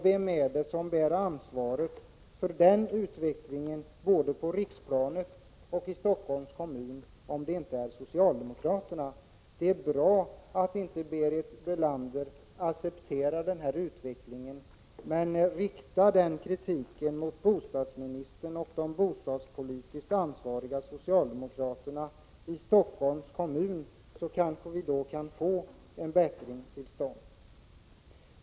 Vem är det som bär ansvaret för den utvecklingen, både på riksplanet och i Stockholms kommun, om inte socialdemokraterna? Det är bra att Berit Bölander inte accepterar denna utveckling, men rikta då kritiken mot bostadsministern och de bostadspolitiskt ansvariga socialdemokraterna i Stockholms kommun, så kan vi kanske få till stånd en bättring.